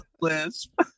lisp